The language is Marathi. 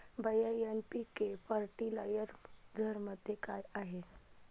भैय्या एन.पी.के फर्टिलायझरमध्ये काय आहे?